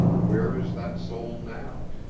where is that soul now?